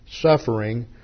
suffering